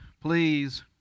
please